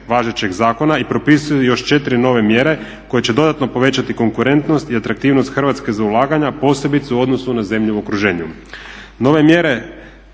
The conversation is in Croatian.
važećeg zakona i propisuje još 4 nove mjere koje će dodatno povećati konkurentnost i atraktivnost Hrvatske za ulaganja, posebice u odnosu na zemlje u okruženju. Nove mjere